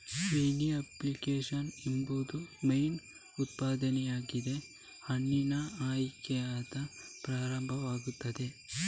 vinification ಎಂಬುದು wine ಉತ್ಪಾದನೆಯಾಗಿದ್ದು ಹಣ್ಣಿನ ಆಯ್ಕೆಯಿಂದ ಪ್ರಾರಂಭವಾಗುತ್ತದೆ